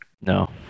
No